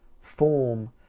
form